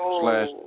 Slash